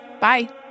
Bye